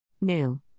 New